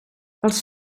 els